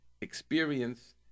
experience